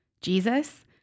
Jesus